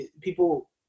people